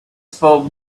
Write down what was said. spoke